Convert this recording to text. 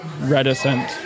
reticent